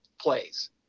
plays